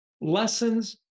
Lessons